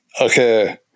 Okay